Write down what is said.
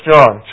John